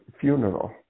funeral